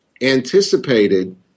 anticipated